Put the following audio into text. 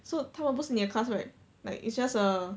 so 他们不是你的 class right like it's just a